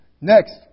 Next